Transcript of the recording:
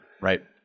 right